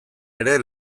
ere